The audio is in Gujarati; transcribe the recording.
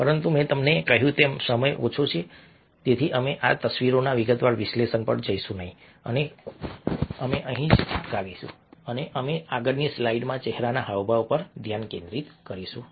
પરંતુ મેં તમને કહ્યું તેમ સમય ઓછો છે તેથી અમે આ તસવીરોના વિગતવાર વિશ્લેષણ પર જઈશું નહીં અને અમે અહીં જ અટકીશું અને અમે આગળની સ્લાઇડ્સમાં ચહેરાના હાવભાવ પર ધ્યાન કેન્દ્રિત કરીશું